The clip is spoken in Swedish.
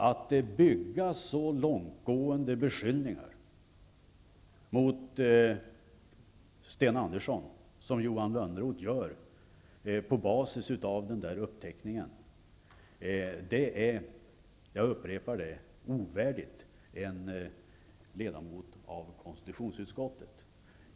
Att bygga så långtgående beskyllningar mot Sten Andersson, som Johan Lönnroth gör på basis av uppteckningarna, är, jag upprepar det, ovärdigt en ledamot av konstitutionsutskottet.